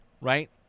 right